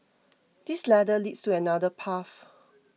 this ladder leads to another path